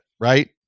right